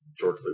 George